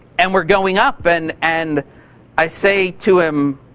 and we're going up and and i say to him,